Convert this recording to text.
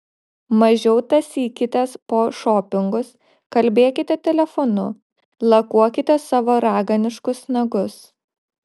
mažiau tąsykitės po šopingus kalbėkite telefonu lakuokite savo raganiškus nagus